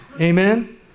Amen